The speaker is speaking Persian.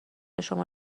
شما